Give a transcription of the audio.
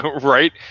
Right